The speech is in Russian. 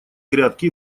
грядке